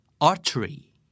Archery